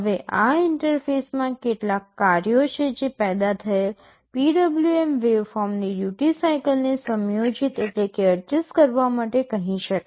હવે આ ઇન્ટરફેસમાં કેટલાક કાર્યો છે જે પેદા થયેલ PWM વેવફોર્મની ડ્યૂટિ સાઇકલને સમયોજિત કરવા માટે કહી શકાય